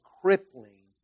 crippling